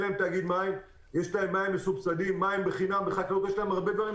אלא מים מסובסדים ומים חינם יש להם הרבה דברים.